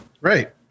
Right